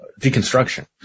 deconstruction